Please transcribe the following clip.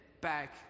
back